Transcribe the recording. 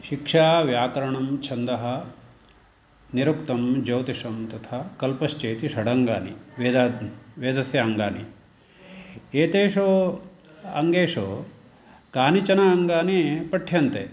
शिक्षा व्याकरणं छन्दः निरुक्तं ज्यौतिषं तथा कल्पश्चेति षडाङ्गानि वेदाद् वेदस्य अङ्गानि एतेषु अङ्गेषु कानिचन अङ्गानि पठ्यन्ते